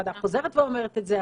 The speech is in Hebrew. היא חוזרת ואומרת את זה.